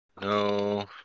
No